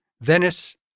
Venice